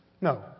No